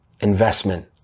investment